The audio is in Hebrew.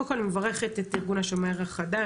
קודם כל אני מברכת את ארגון השומר החדש,